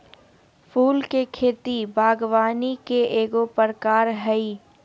फूल के खेती बागवानी के एगो प्रकार हइ